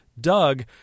Doug